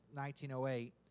1908